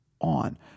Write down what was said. on